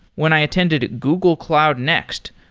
when i attended google cloud next,